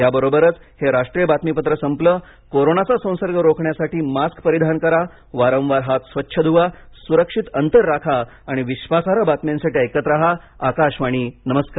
या बरोबरच हे राष्ट्रीय बातमीपत्र संपलं कोरोनाचा संसर्ग रोखण्यासाठी मास्क परिधान करा वारंवार हात स्वच्छ ध्वा सुरक्षित अंतर राखा आणि विश्वासार्ह बातम्यांसाठी ऐकत राहा आकाशवाणी नमस्कार